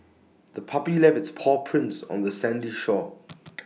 the puppy left its paw prints on the sandy shore